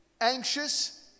Anxious